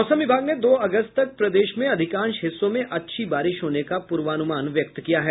मौसम विभाग ने दो अगस्त तक प्रदेश में अधिकांश हिस्सों में अच्छी बारिश होने का पूर्वानुमान व्यक्त किया है